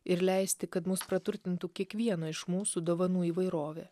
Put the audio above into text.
ir leisti kad mus praturtintų kiekvieno iš mūsų dovanų įvairovė